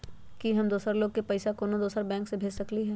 कि हम दोसर लोग के पइसा कोनो दोसर बैंक से भेज सकली ह?